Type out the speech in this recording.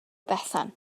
bethan